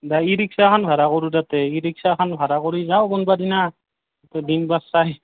গাড়ী e rickshaw এখন ভাড়া কৰোঁতে ই ৰিক্সা এখন ভাড়া কৰি যাওঁ কোনোবা এদিনা দিন বাৰ চাই